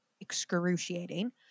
excruciating